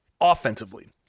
offensively